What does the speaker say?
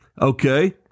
Okay